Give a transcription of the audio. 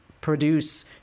produce